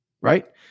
Right